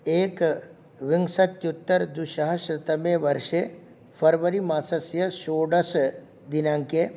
एकविंशत्युत्तर द्विसहस्रतमे वर्षे फर्वरि मासस्य षोडशदिनाङ्के